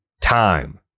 time